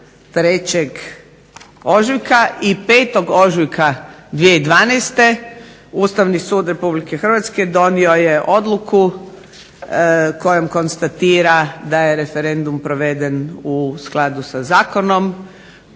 3. ožujka i 5. ožujka 2012. ustavni sud Republike Hrvatske donio je odluku kojom konstatira da je referendum proveden u skladu sa Zakonom